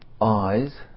eyes